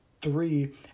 three